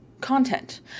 content